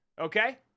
okay